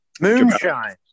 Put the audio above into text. Moonshine